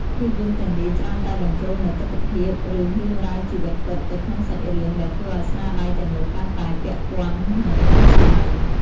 ភាពយន្តទាំងនេះច្រើនតែបញ្ចូលនូវទិដ្ឋភាព ឬរឿងរ៉ាវជីវិតពិតទៅក្នុងសាច់រឿង ដែលធ្វើឲ្យស្នាដៃទាំងនោះកាន់តែពាក់ព័ន្ធ និងទាន់សម័យ។